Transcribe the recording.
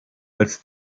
als